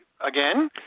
again